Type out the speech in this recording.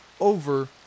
over